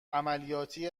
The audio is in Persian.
عملیاتی